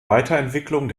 weiterentwicklung